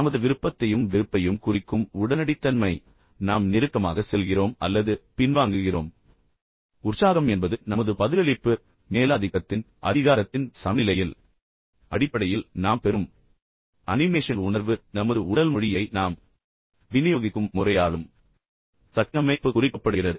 நமது விருப்பத்தையும் வெறுப்பையும் குறிக்கும் உடனடித்தன்மை நாம் நெருக்கமாக செல்கிறோம் அல்லது பின்வாங்குகிறோம் உற்சாகம் என்பது நமது பதிலளிப்பு மற்றும் மேலாதிக்கத்தின் அதாவது அதிகாரத்தின் சமநிலையில் அடிப்படையில் நாம் பெறும் அனிமேஷன் உணர்வு நமது உடல் மொழியை நாம் விநியோகிக்கும் முறையாலும் சக்தி அமைப்பு குறிக்கப்படுகிறது